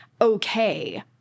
okay